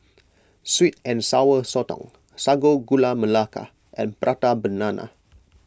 Sweet and Sour Sotong Sago Gula Melaka and Prata Banana